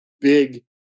big